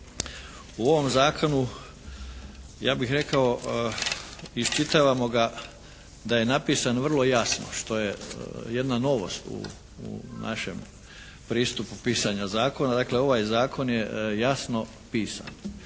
U ovom Zakonu ja bih rekao iščitavamo ga da je napisan vrlo jasno što je jedna novost u našem pristupu pisanja zakona. Dakle, ovaj Zakon je jasno pisan.